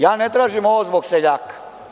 Ja ne tražim ovo zbog seljaka.